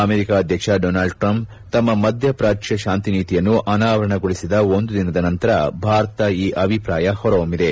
America ಅಧ್ಯಕ್ಷ Donald Trump ತಮ್ಮ ಮಧ್ಯಪಾಚ್ಯ ಶಾಂತಿನೀತಿಯನ್ನು ಅನಾವರಣಗೊಳಿಸಿದ ಒಂದು ದಿನದ ನಂತರ ಭಾರತದ ಈ ಅಭಿಪ್ರಾಯ ಹೊರಹೊಮ್ಮಿದೆ